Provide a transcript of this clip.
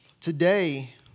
Today